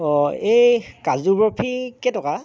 অ' এই কাজু বৰফি কেইটকা